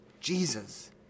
Jesus